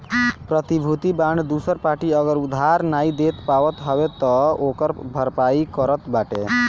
प्रतिभूति बांड दूसर पार्टी अगर उधार नाइ दे पावत हवे तअ ओकर भरपाई करत बाटे